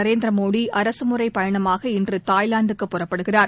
நரேந்திர மோடி அரசுமுறைப் பயணமாக இன்று தாய்லாந்துக்கு புறப்படுகிறார்